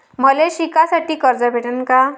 मले शिकासाठी कर्ज भेटन का?